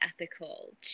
ethical